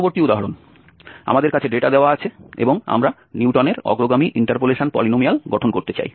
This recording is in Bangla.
পরবর্তী উদাহরণ আমাদের কাছে ডেটা দেওয়া আছে এবং আমরা নিউটনের অগ্রগামী ইন্টারপোলেশন পলিনোমিয়াল গঠন করতে চাই